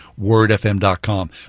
wordfm.com